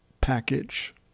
package